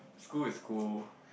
school is school